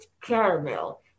caramel